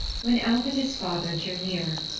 when alv and his father drew near,